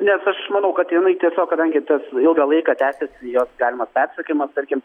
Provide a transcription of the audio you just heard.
nes aš manau kad jinai tiesiog kadangi tas ilgą laiką tęsiasi jos galimas persekiojimas tarkim